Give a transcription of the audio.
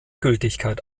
gültigkeit